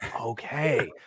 okay